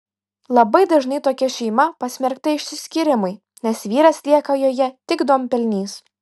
labai dažnai tokia šeima pasmerkta išsiskyrimui nes vyras lieka joje tik duonpelnys